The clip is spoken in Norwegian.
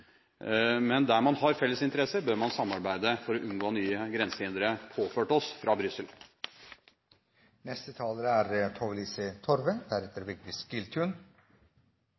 men der man har felles interesser, bør man samarbeide for å unngå nye grensehindre påført oss fra Brussel.